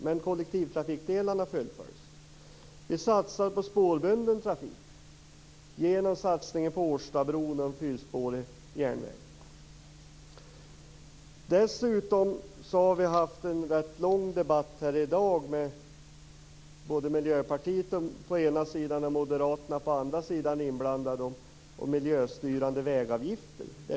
Men kollektivtrafikdelarna fullföljs. Vi satsar på spårbunden trafik genom satsningen på Årstabron och en fyrspårig järnväg. Dessutom har vi haft en ganska lång debatt i dag med Miljöpartiet på ena sidan och Moderaterna på den andra om miljöstyrande vägavgifter.